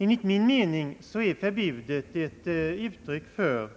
Enligt min mening är förbudet ett uttryck för